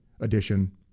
edition